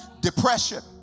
Depression